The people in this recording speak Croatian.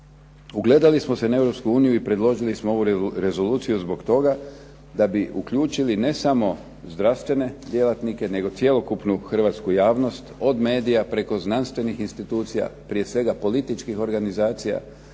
Ugledali smo se na Europsku uniju i predložili smo ovu Rezoluciju zbog toga da bi uključili ne samo zdravstvene djelatnike nego cjelokupnu hrvatsku javnost od medija, preko znanstvenih institucija, prije svega političkih organizacija,